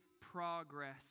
progress